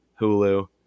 hulu